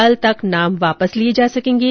कल तक नाम वापस लिए जा सकेंगे